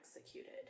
executed